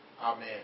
Amen